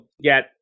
get